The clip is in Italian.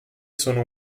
sono